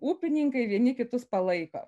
upininkai vieni kitus palaiko